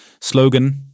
slogan